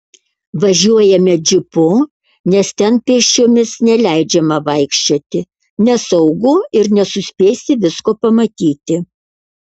važiuojame džipu nes ten pėsčiomis neleidžiama vaikščioti nesaugu ir nesuspėsi visko pamatyti